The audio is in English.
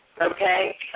Okay